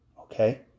Okay